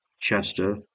Chester